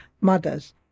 mothers